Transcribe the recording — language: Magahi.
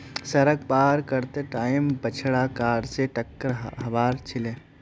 सड़क पार कर त टाइम बछड़ा कार स टककर हबार छिले